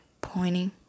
pointing